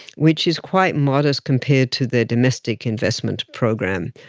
which is quite modest compared to their domestic investment program.